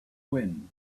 wind